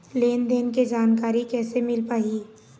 लेन देन के जानकारी कैसे मिल पाही?